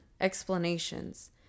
explanations